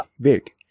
big